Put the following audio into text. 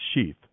sheath